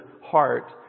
heart